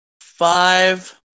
five